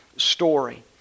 Story